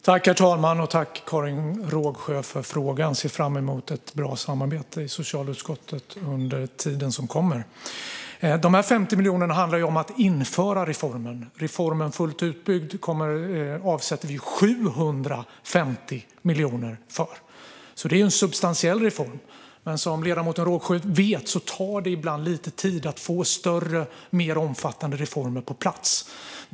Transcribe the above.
Herr talman! Tack, Karin Rågsjö, för frågan! Jag ser fram emot ett bra samarbete i socialutskottet under den tid som kommer. De 50 miljonerna handlar om att införa reformen. För att få reformen fullt utbyggd avsätter vi 750 miljoner. Det är en substantiell reform, men som ledamoten Rågsjö vet tar det ibland lite tid att få större, mer omfattande reformer på plats.